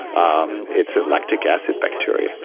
um it's a lactic acid bacteria,